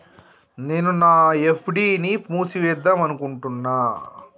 నేను నా ఎఫ్.డి ని మూసివేద్దాంనుకుంటున్న